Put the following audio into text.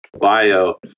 bio